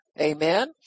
Amen